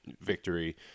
victory